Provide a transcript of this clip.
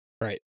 Right